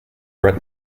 bret